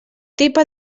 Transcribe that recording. tipa